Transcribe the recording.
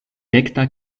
rekta